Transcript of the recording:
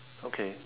okay